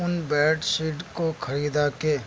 ان bed sheet کو خریدا کہ